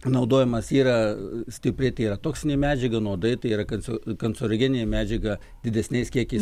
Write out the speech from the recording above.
naudojimas yra stipriai tai yra toksinė medžiaga nuodai tai yra kancerogeninė medžiaga didesniais kiekiais